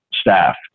Staff